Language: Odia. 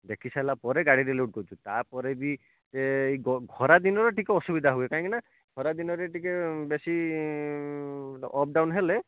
ଦେଖି ସାରିଲା ପରେ ଗାଡ଼ିରେ ଲୋଡ଼୍ କରୁଛୁ ତା'ପରେ ବି ଏଇ ଖରାଦିନ ଟିକିଏ ଅସୁବିଧା ହୁଏ କାହିଁକିନା ଖରା ଦିନରେ ଟିକିଏ ବେଶୀ ଅପ୍ ଡ଼ାଉନ୍ ହେଲେ